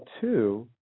two